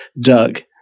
Doug